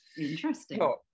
Interesting